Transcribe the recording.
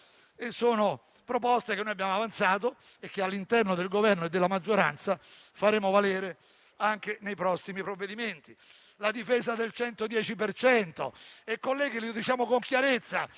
Sono proposte che abbiamo avanzato e che all'interno del Governo e della maggioranza faremo valere anche nei prossimi provvedimenti. Pensiamo ancora alla difesa del 110 per cento. Colleghi, lo diciamo con chiarezza: